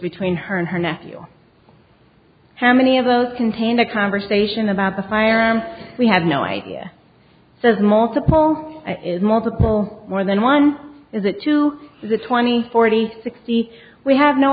between her and her nephew how many of those contained a conversation about the firearm we had no idea the multiple is multiple more than one is it to the twenty forty sixty we have no